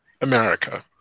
America